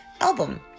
album